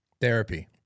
Therapy